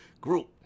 group